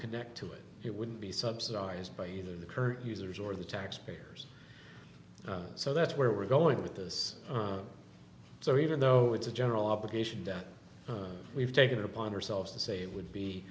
connect to it it wouldn't be subsidized by either the current users or the taxpayers so that's where we're going with this so even though it's a general obligation that we've taken it upon ourselves to say it would be